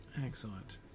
Excellent